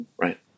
Right